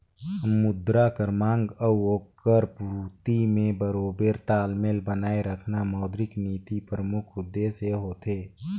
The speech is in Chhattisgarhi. मुद्रा कर मांग अउ ओकर पूरती में बरोबेर तालमेल बनाए रखना मौद्रिक नीति परमुख उद्देस होथे